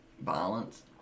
Violence